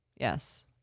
Yes